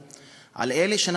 על אלה שתרמו,